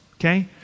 Okay